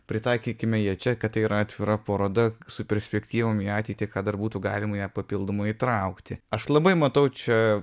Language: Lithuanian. pritaikykime ją čia kad tai yra atvira paroda su perspektyvom į ateitį ką dar būtų galima ją papildomai įtraukti aš labai matau čia